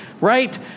right